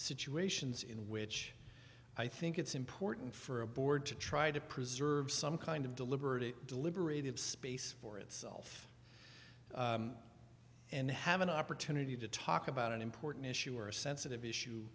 situations in which i think it's important for a board to try to preserve some kind of deliberate deliberative space for itself and have an opportunity to talk about an important issue or a sensitive issue